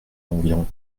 environ